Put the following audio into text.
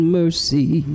mercy